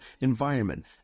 environment